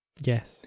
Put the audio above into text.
Yes